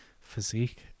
physique